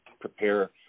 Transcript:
prepare